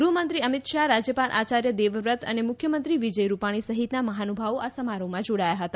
ગૃહમંત્રી અમિત શાહ રાજ્યપાલ આચાર્ય દેવવ્રત અને મુખ્યમંત્રી વિજય રૂપાણી સહિતના મહાનુભાવો આ સમારોહમાં જોડાયા હતા